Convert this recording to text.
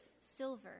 silver